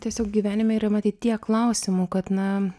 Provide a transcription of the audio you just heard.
tiesiog gyvenime yra matyt tiek klausimų kad na